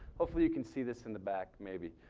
hopefully you can see this in the back maybe.